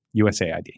USAID